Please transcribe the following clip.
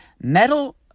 Metal